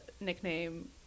nickname